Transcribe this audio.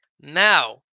Now